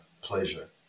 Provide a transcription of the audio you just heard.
pleasure